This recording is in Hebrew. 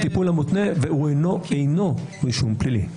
הטיפול המותנה, והוא אינו רישום פלילי.